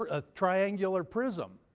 a triangular prism.